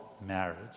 marriage